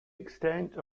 extent